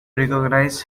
recognize